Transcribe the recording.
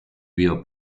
wheel